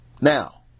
Now